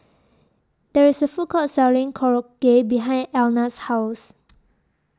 There IS A Food Court Selling Korokke behind Elna's House